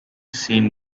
seen